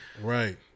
right